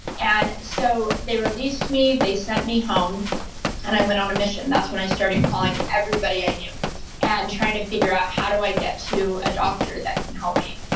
and so they released me, they sent me home and i went on a mission. that's when i started calling everybody i knew and trying to figure out how do i get to a doctor that can help me.